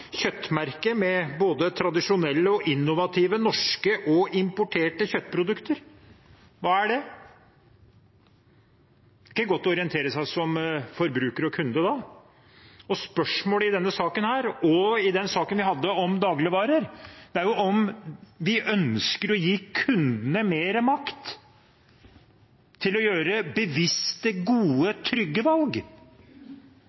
med både tradisjonelle, innovative, norske og importerte kjøttprodukter». Hva er det? Det er ikke godt å orientere seg som forbruker og kunde da. Spørsmålet i denne saken og i den saken vi hadde om dagligvarer, er om vi ønsker å gi kundene mer makt til å gjøre bevisste, gode,